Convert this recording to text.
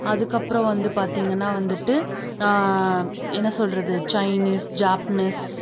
அதுக்கப்பறம் வந்து பார்த்திங்கனா வந்துட்டு என்ன சொல்கிறது சைனீஸ் ஜாப்னீஸ்